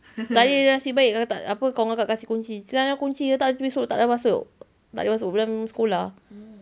tadi nasib baik apa kawan kakak kasi kunci sekarang ni kunci dah tak esok tak boleh masuk tak boleh masuk dalam sekolah